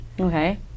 Okay